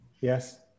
Yes